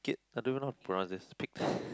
kit I don't know how to pronounce this piqued